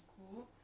kesiannya